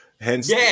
Hence